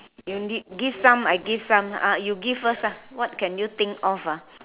you need give some I give some ah you give first ah what can you think of ah